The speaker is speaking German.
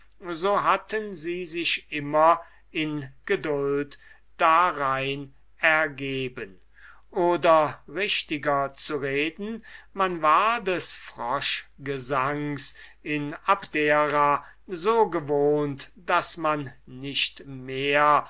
so hatten sie sich immer in geduld darein ergeben oder richtiger zu reden man war des froschgesangs in abdera so gewohnt daß man nicht mehr